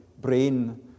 brain